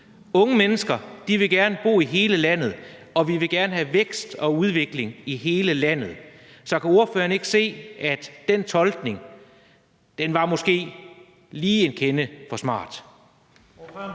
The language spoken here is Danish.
Unge mennesker vil gerne bo i hele landet, og vi vil gerne have vækst og udvikling i hele landet. Så kan ordføreren ikke se, at den tolkning måske var lige en kende for smart?